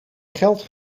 geld